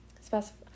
specify